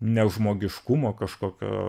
nežmogiškumo kažkokio